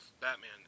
Batman